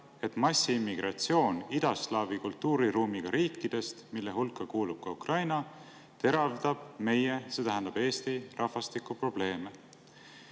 et massiimmigratsioon idaslaavi kultuuriruumiga riikidest, mille hulka kuulub ka Ukraina, teravdab meie, see tähendab Eesti rahvastikuprobleeme?